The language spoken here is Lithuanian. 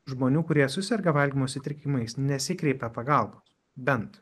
žmonių kurie suserga valgymo sutrikimais nesikreipia pagalbos bent